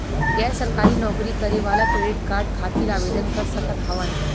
गैर सरकारी नौकरी करें वाला क्रेडिट कार्ड खातिर आवेदन कर सकत हवन?